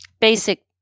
basic